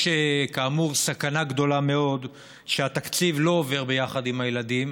יש כאמור סכנה גדולה מאוד שהתקציב לא עובר ביחד עם הילדים,